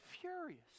furious